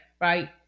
right